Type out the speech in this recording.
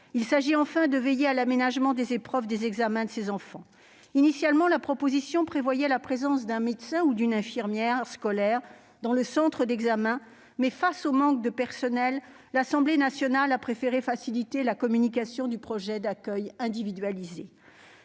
Il s'agit enfin de veiller à l'aménagement des épreuves des examens de ces enfants. Initialement, la proposition de loi prévoyait la présence d'un médecin ou d'une infirmière scolaire dans le centre d'examen, mais, face au manque de personnels, l'Assemblée nationale a préféré faciliter la communication du projet d'accueil individualisé.